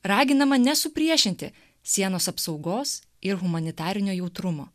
raginama nesupriešinti sienos apsaugos ir humanitarinio jautrumo